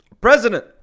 President